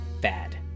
Bad